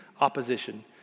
opposition